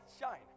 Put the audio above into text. shine